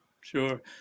sure